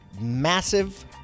massive